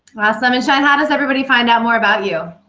awesome. i mean shawn, how does everybody find out more about you?